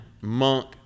monk